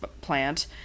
plant